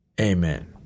amen